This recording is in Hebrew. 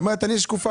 היא אומרת אני שקופה.